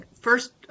first